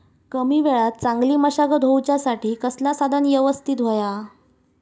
कमी वेळात चांगली मशागत होऊच्यासाठी कसला साधन यवस्तित होया?